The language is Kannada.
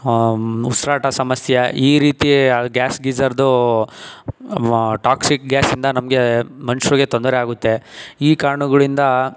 ಉಸಿರಾಟ ಸಮಸ್ಯೆ ಈ ರೀತಿ ಗ್ಯಾಸ್ ಗೀಜರ್ದು ಟಾಕ್ಸಿಕ್ ಗ್ಯಾಸಿಂದ ನಮಗೆ ಮನುಷ್ರಿಗೆ ತೊಂದರೆ ಆಗುತ್ತೆ ಈ ಕಾರಣಗಳಿಂದ